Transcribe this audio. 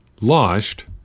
lost